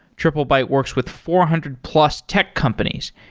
triplebyte works with four hundred plus tech companies,